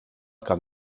kan